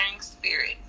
spirit